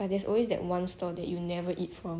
but there's always that one store that you will never eat from